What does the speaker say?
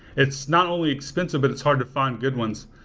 it's not only expensive but it's hard to find good ones.